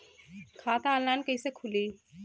खाता ऑनलाइन कइसे खुली?